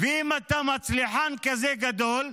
ואם אתה מצליחן כזה גדול,